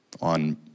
on